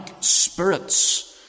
spirits